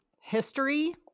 history